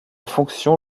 fonction